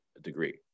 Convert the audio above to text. degree